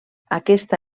aquesta